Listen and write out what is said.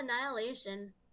annihilation